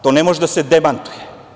To ne može da se demantuje.